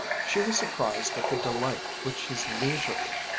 she was surprised at the delight which his leisurely,